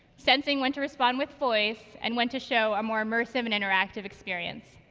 sensing when to respond with voice, and when to show a more immersive and interactive experience.